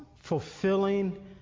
fulfilling